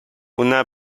una